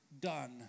done